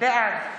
בעד